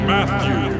Matthew